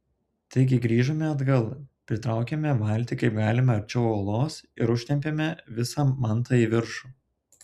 taigi grįžome atgal pritraukėme valtį kaip galima arčiau uolos ir užtempėme visą mantą į viršų